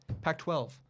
Pac-12